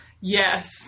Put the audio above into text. Yes